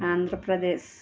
Andhra Pradesh